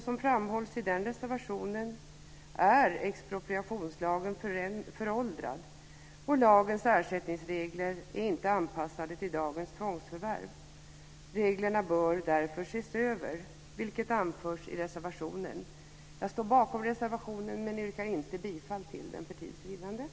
Som framhålls i den reservationen är expropriationslagen föråldrad, och lagens ersättningsregler är inte anpassade till dagens tvångsförvärv. Reglerna bör därför ses över, vilket anförs i reservationen. Jag står bakom reservationen, men yrkar för tids vinnande inte bifall till den.